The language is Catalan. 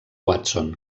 watson